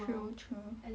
true true